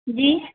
जी